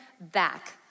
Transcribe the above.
back